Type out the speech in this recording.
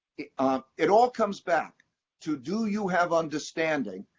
um it all comes back to do you have understanding,